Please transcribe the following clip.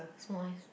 small ice